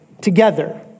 together